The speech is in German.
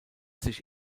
sich